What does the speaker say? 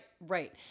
right